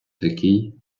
такий